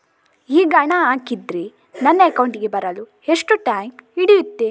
ಈಗ ಹಣ ಹಾಕಿದ್ರೆ ನನ್ನ ಅಕೌಂಟಿಗೆ ಬರಲು ಎಷ್ಟು ಟೈಮ್ ಹಿಡಿಯುತ್ತೆ?